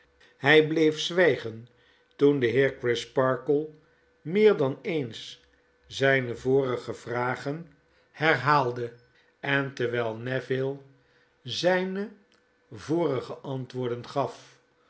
hij bleef zwijgen toen de heer crisparkle meer dan eens zijne vorige vragen herhaalde en terwijl neville zijne vorige antwoorden gaf